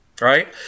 Right